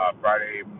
Friday